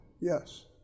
Yes